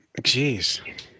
Jeez